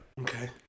Okay